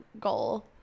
goal